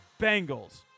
Bengals